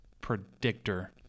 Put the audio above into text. predictor